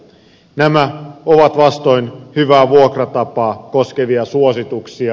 nämä ovat vastoin hyvää vuokratapaa koskevia suosituksia